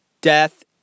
Death